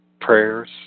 prayers